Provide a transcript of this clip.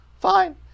fine